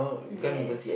yes